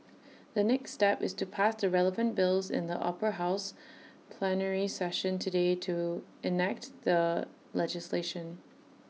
the next step is to pass the relevant bills in the Upper House plenary session today to enact the legislation